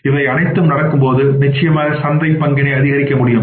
இவை அனைத்தும் நடக்கும்போது நிச்சயமாக சந்தை பங்கினை அதிகரிக்க முடியும்